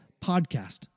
podcast